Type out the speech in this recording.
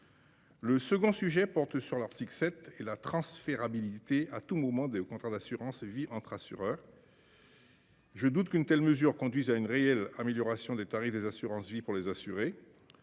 Le second sujet porte sur l'article 7 et la transférabilité à tout moment de contrats d'assurance-vie entre assureurs. Je doute qu'une telle mesure conduisent à une réelle amélioration des tarifs des assurances vie pour les assurés.